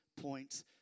points